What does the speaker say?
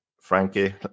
Frankie